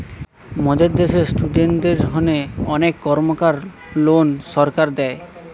মোদের দ্যাশে ইস্টুডেন্টদের হোনে অনেক কর্মকার লোন সরকার দেয়